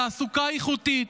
תעסוקה איכותית